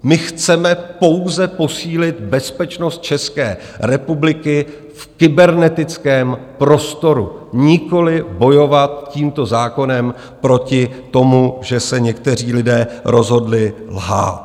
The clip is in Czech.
My chceme pouze posílit bezpečnost České republiky v kybernetickém prostoru, nikoliv bojovat tímto zákonem proti tomu, že se někteří lidé rozhodli lhát.